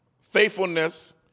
faithfulness